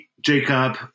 Jacob